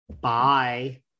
Bye